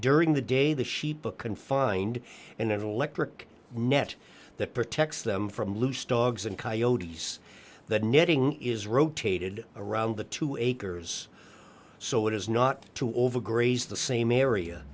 during the day the sheep a confined and intellect rick net that protects them from loose dogs and coyotes that netting is rotated around the two acres so it is not to over graze the same area